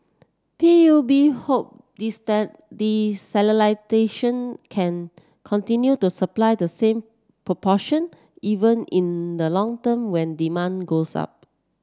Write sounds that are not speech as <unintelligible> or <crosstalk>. P U B hope <unintelligible> desalination can continue to supply the same proportion even in the long term when demand goes up